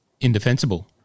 indefensible